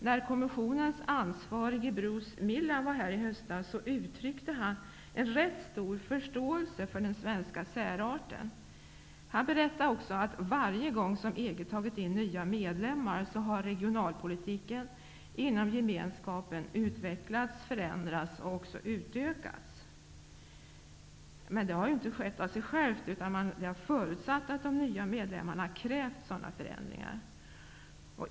När kommissionens ansvarige Bruce Millan var här i höstas, uttryckte han en rätt stor förståelse för den svenska särarten. Han berättade också att regionalpolitiken inom gemenskapen har utvecklats, förändrats och utökats varje gång som EG har tagit in nya medlemmar. Men det har inte skett av sig självt, utan det har förutsatt att de nya medlemmarna har krävt sådana förändringar.